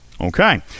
Okay